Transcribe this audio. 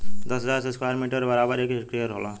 दस हजार square metre बराबर एक हेक्टेयर होला